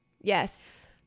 Yes